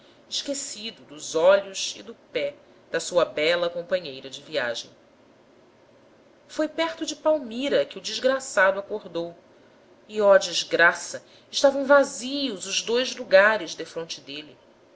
esquecido dos olhos e do pé da sua bela companheira de viagem foi perto de palmira que o desgraçado acordou e oh desgraça estavam vazios os dois lugares defronte dele